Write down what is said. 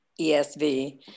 ESV